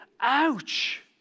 Ouch